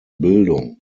bildung